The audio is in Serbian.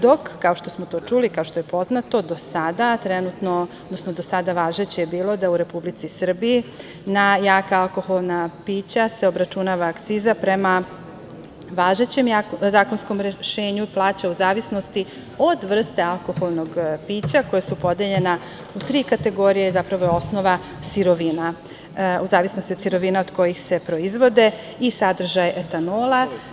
Dok, kao što smo to čuli, kao što je poznato, do sada trenutno, odnosno do sada važeće je bilo da u Republici Srbiji, na jaka alkoholna pića se obračunava akciza prema važećem zakonskom rešenju, plaća u zavisnosti od vrste alkoholnog pića, koja su podeljena u tri kategorije, zapravo je osnova sirovina, u zavisnosti od sirovina od kojih se proizvode i sadržaj etanola.